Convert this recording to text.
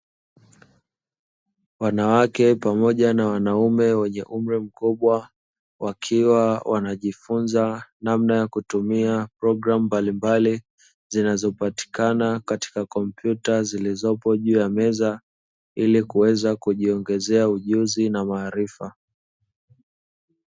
Wanawake pamoja na wanaume wenye umri mkubwa, wakiwa wanajifunza namna ya kutumia programu mbalimbali zinazopatikana katika kompyuta, zilizopo juu ya meza ili kuweza kujiongezea ujuzi na maarifa.